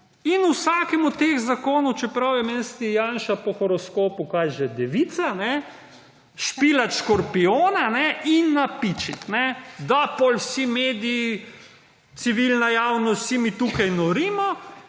in vsakemu od teh zakonov, čeprav je meni Janša po horoskopu – kaj že – devica špilati škorpijona in napičiti, da potem vsi mediji, civilna javnost, vsi mi tukaj norimo